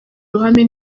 ruhame